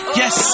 yes